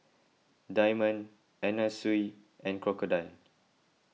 Diamond Anna Sui and Crocodile